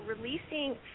releasing